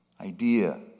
idea